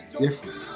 different